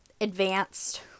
advanced